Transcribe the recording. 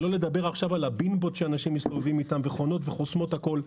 שלא לדבר עכשיו על הבימבות שאנשים מסתובבים איתם וחונות וחוסמות הכול.